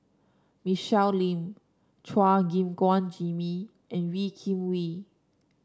Michelle Lim Chua Gim Guan Jimmy and Wee Kim Wee